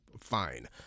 fine